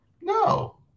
No